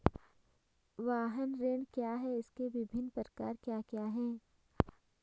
वाहन ऋण क्या है इसके विभिन्न प्रकार क्या क्या हैं?